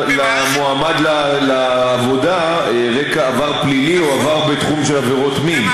למועמד לעבודה רקע של עבר פלילי או עבר בתחום עבירות מין.